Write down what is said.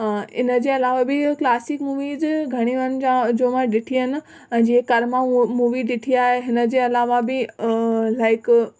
इन जे अलावा बि क्लासिक मूवीज़ बि घणियूं आहिनि जो मां ॾिठी आहिनि ऐं जीअं कर्मा मूवी ॾिठी आहे हिन जे अलावा बि लाइक